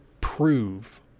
prove